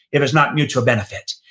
if it's not mutual benefit.